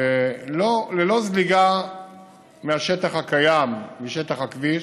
ללא זליגה מהשטח הקיים, משטח הכביש,